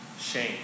shame